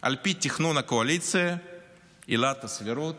שעל פי תכנון הקואליציה עילת הסבירות